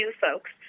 folks